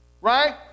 right